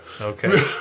Okay